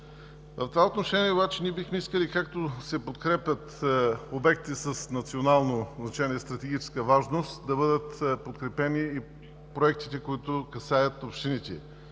В това отношение обаче ние бихме искали както се подкрепят обектите с национално значение и стратегическа важност, да бъдат подкрепени и проектите, които касаят общините.